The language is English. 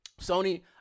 Sony